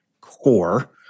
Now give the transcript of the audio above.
core